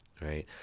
Right